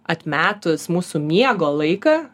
atmetus mūsų miego laiką